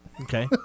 okay